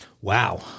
Wow